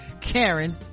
karen